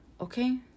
Okay